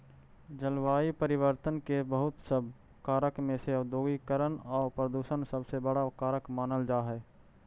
जलवायु परिवर्तन के बहुत सब कारक में से औद्योगिकीकरण आउ प्रदूषण सबसे बड़ा कारक मानल जा हई